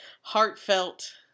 heartfelt